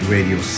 Radio